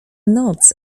noc